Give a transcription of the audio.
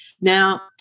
Now